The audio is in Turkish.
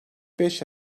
beş